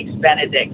Benedict